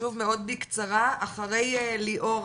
שוב מאוד בקצרה, אחרי ליאורה